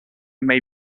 may